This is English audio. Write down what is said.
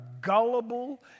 gullible